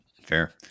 fair